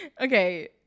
okay